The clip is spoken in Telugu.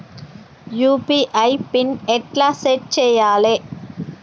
యూ.పీ.ఐ పిన్ ఎట్లా సెట్ చేయాలే?